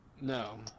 No